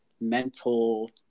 mental